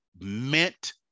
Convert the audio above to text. meant